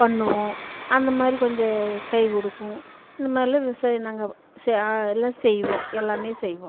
பண்ணுவோம் அந்த மாதிரி கொஞ்சம் கை கொடுக்கும் இந்த மாதிரிலாம் விவசாயம் நாங்க சே எல்லாம் செய்வோம் எல்லாமே செய்வோம்